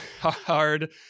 hard